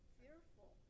fearful